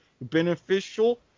beneficial